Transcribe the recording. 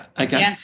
okay